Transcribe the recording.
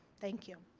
thank you.